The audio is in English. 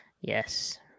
Yes